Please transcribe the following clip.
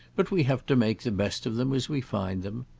but we have to make the best of them as we find them.